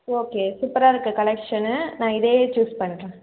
okay சூப்பராக இருக்குது collection நான் இதையே சூஸ் பண்ணுறேன்